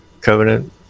Covenant